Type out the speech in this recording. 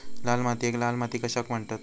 लाल मातीयेक लाल माती कशाक म्हणतत?